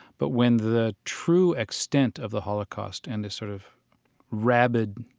but when the true extent of the holocaust and the sort of rabid,